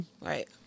right